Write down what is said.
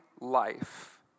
life